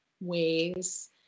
ways